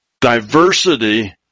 diversity